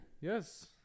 Yes